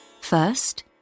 First